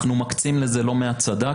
אנחנו מקצים לזה לא מעט סד"כ,